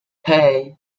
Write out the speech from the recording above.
hey